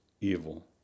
evil